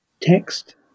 text